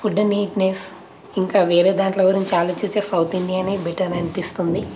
food neatness ఇంకా వేరే దాంట్లో గురించి ఆలోచిస్తే సౌత్ ఇండియా బెటర్ అనిపిస్తుంది